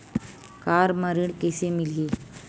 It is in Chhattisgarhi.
कार म ऋण कइसे मिलही?